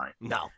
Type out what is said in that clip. No